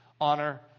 honor